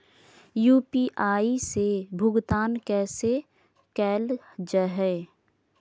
UPI से भुगतान कैसे कैल जहै?